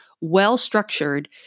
well-structured